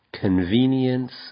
convenience